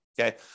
okay